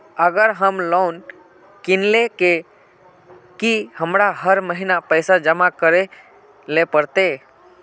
अगर हम लोन किनले ते की हमरा हर महीना पैसा जमा करे ले पड़ते?